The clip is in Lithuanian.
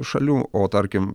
šalių o tarkim